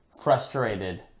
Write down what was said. frustrated